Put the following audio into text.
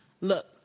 look